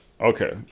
Okay